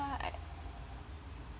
ya